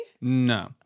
No